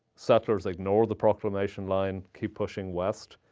settlers ignore the proclamation line, keep pushing west.